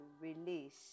release